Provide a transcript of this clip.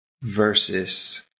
versus